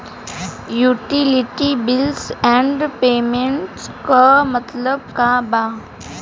Utility bills and payments क मतलब का बा?